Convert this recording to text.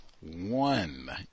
One